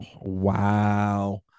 Wow